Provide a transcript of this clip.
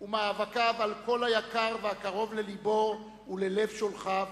ומאבקיו על כל היקר והקרוב ללבו וללב שולחיו,